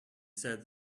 said